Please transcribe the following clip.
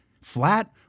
flat